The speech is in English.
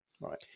Right